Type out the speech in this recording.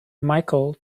michael